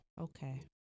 Okay